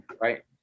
right